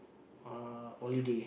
uh holiday